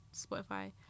spotify